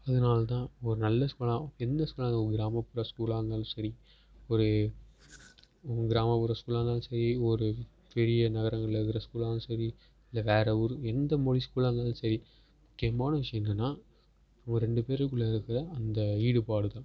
அதனால் தான் ஒரு நல்ல ஸ்கூலாக எந்த ஸ்கூலாக இருந்தாலும் ஒரு கிராமப்புற ஸ்கூலாக இருந்தாலும் சரி ஒரு கிராமப்புற ஸ்கூலாக இருந்தாலும் சரி ஒரு பெரிய நகரங்களில் இருக்கிற ஸ்கூலாக இருந்தாலும் சரி இல்லை வேற ஊரு எந்த மொழி ஸ்கூலாக இருந்தாலும் சரி முக்கியமான விஷயம் என்னென்னா அவங்க ரெண்டு பேருக்குள்ள இருக்கிற அந்த ஈடுபாடு தான்